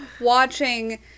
watching